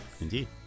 Indeed